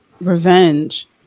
revenge